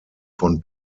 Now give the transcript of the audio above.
von